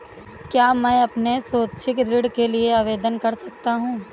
क्या मैं अपने शैक्षिक ऋण के लिए आवेदन कर सकता हूँ?